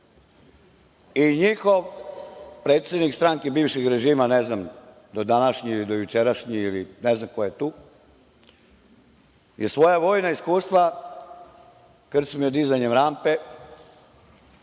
i njihov predsednik, stranke bivšeg režima, ne znam, do današnji ili do jučerašnji ili ne znam ko je tu, je svoja vojna iskustva krčmio dizanjem rampe